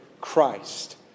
Christ